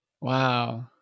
Wow